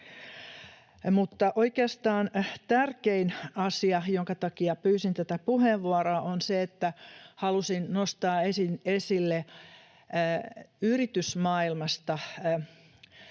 oikeastaan tärkein asia, jonka takia pyysin tätä puheenvuoroa, on se, että halusin nostaa esille yritysmaailmasta